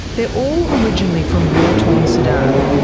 they're all originally from war torn sudan.